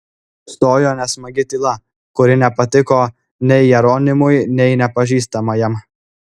stojo nesmagi tyla kuri nepatiko nei jeronimui nei nepažįstamajam